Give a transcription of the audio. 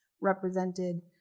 represented